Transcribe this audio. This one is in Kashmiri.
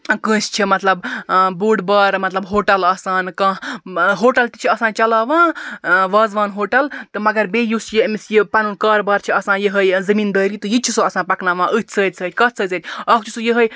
کٲنٛسہِ چھِ مَطلَب بوٚڑ بارٕ مَطلَب ہوٹَل آسان کانٛہہ ہوٹَل تہِ چھِ آسان چَلاوان وازوان ہوٹَل تہٕ مَگَر بیٚیہِ یُس یہِ أمس یہِ پَنُن کاربار چھ آسان یہے زمیٖن دٲری تہٕ یہِ تہِ چھُ سُہ آسان پَکناوان أتھۍ سۭتۍ سۭتۍ کتھ سۭتۍ سۭتۍ اکھ چھُ سُہ یِہے